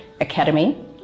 Academy